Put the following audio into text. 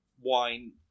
wine